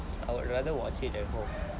I would rather watch it at home